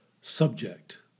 subject